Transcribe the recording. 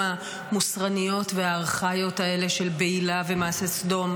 המוסרניות והארכאיות האלה של בעילה ומעשה סדום,